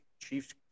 Chiefs